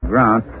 Ground